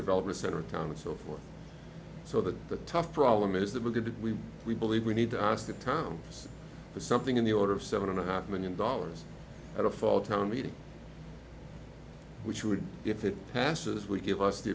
development center of town and so forth so that the tough problem is that we're going to we we believe we need to ask the town for something in the order of seven and a half million dollars at a fall town meeting which would if it passes will give us the